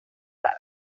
cada